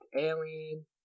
Alien